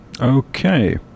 Okay